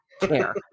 care